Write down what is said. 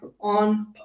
on